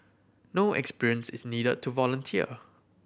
no experience is needed to volunteer